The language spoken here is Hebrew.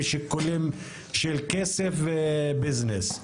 משיקולים של כסף וביזנס.